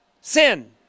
Sin